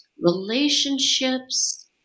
relationships